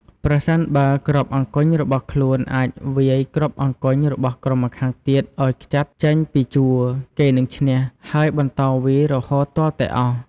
ប្រសិនបើគ្រាប់អង្គញ់របស់ខ្លួនអាចវាយគ្រាប់អង្គញ់របស់ក្រុមម្ខាងទៀតឲ្យខ្ទាតចេញពីជួរ គេនឹងឈ្នះ ហើយបន្តវាយរហូតទាល់តែអស់។